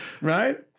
right